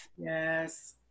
Yes